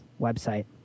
website